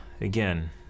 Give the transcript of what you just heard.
again